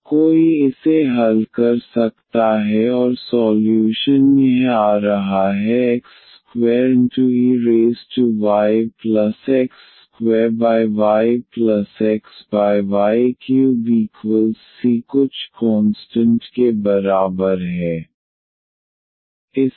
तो कोई इसे हल कर सकता है और सॉल्यूशन यह आ रहा है x2eyx2yxy3c कुछ कोंस्टंट के बराबर है